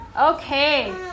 okay